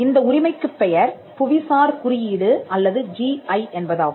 இந்த உரிமைக்குப் பெயர் புவிசார் குறியீடு அல்லது ஜி ஐ என்பதாகும்